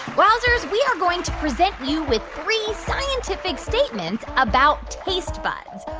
wowzers, we are going to present you with three scientific statements about taste buds.